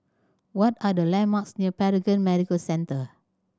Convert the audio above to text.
what are the landmarks near Paragon Medical Centre